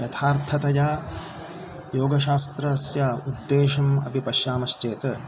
यथार्थतया योगशास्त्रस्य उद्देशम् अपि पश्यामश्चेत्